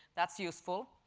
that's useful.